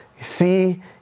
see